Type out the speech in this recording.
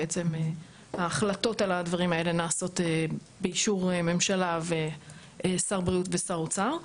בעצם ההחלטות על הדברים האלה נעשות באישור ממשלה ושר בריאות ושר אוצר.